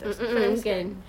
mm mm mm kan